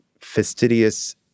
fastidious